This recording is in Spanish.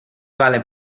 vale